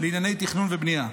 לענייני תכנון ובנייה.